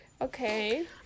okay